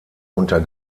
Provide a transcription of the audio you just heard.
unter